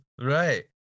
right